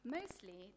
Mostly